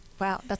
wow